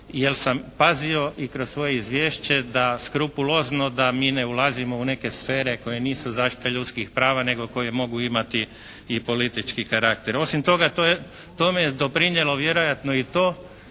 jer sam pazio i kroz svoje izvješće da skrupulozno da mi ne ulazimo u neke scene koje nisu zaštita ljudskih prava nego koje mogu imati i politički karakter. Osim toga to je, tome je doprinijelo vjerojatno i to